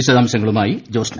വിശദാംശങ്ങളുമായി ജോസ്ന